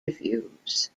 reviews